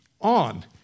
on